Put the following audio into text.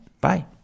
bye